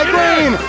Green